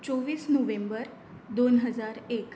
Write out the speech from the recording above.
चोवीस नोव्हेंबर दोन हजार एक